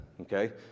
okay